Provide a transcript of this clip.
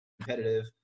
competitive